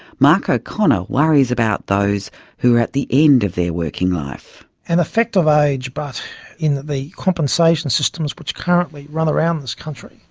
mark o'connor worries about those who are at the end of their working life. an effect of age, but in the compensation systems which currently run around this country,